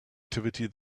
activity